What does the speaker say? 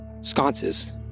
sconces